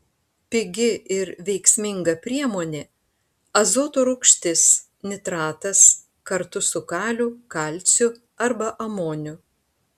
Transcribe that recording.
pigi ir veiksminga priemonė azoto rūgštis nitratas kartu su kaliu kalciu arba amoniu